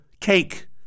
Cake